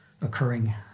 occurring